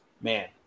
man